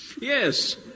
Yes